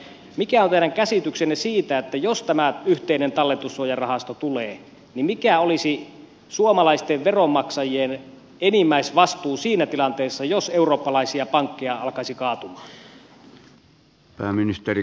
mikä on teidän käsityksenne siitä että jos tämä yhteinen talletussuojarahasto tulee mikä olisi suomalaisten veronmaksajien enimmäisvastuu siinä tilanteessa jos eurooppalaisia pankkeja alkaisi kaatua